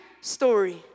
story